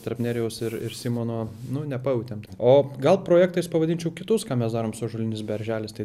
tarp nerijaus ir ir simono nu nepautėm o gal projektais pavadinčiau kitus ką mes darom su ąžuoliniais berželiais tai